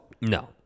No